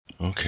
Okay